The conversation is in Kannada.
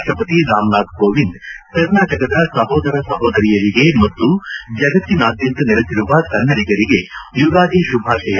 ರಾಪ್ಲಸತಿ ರಾಮನಾಥ್ ಕೋವಿಂದ್ ಅವರು ಕರ್ನಾಟಕದ ಸಹೋದರ ಸಹೋದರಿಯರಿಗೆ ಮತ್ತು ಜಗತ್ತಿನಾದ್ದಂತ ನೆಲೆಸಿರುವ ಕನ್ನಡಿಗರಿಗೆ ಯುಗಾದಿ ಶುಭಾಶಯ